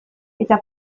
eta